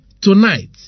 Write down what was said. tonight